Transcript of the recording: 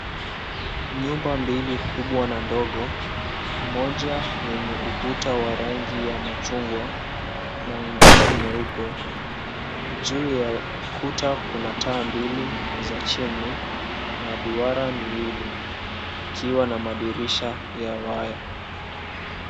Nyumba mbili kubwa na ndogo moja yenye ukuta wa rangi ya machungwa na ingine nyeupe. Juu ya kuta kuna taaa mbili za chimney na duara miwili, ikiwa na madirisha ya waya.